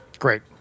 Great